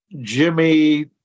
Jimmy